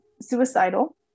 suicidal